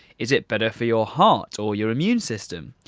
is it better for your heart or your immune system?